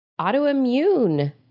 Autoimmune